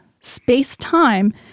space-time